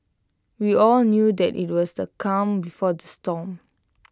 we all knew that IT was the calm before the storm